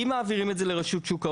אם מעבירים את זה לרשות שוק ההון,